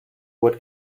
what